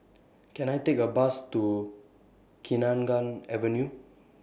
Can I Take A Bus to Kenanga Avenue